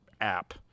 app